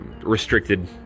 restricted